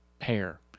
hair